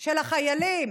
של החיילים